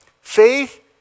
faith